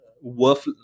worth